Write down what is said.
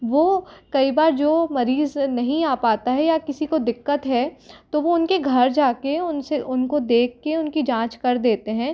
वो कई बार जो मरीज़ नहीं आ पाता है या किसी को दिक्कत है तो वो उनके घर जा कर उनसे उनको देख के उनकी जाँच कर देते हैं